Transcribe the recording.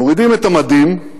מורידים את המדים,